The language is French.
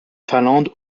finlande